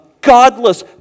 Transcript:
godless